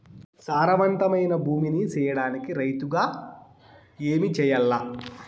సారవంతమైన భూమి నీ సేయడానికి రైతుగా ఏమి చెయల్ల?